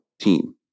team